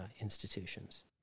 institutions